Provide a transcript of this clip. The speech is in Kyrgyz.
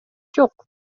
жок